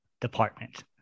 department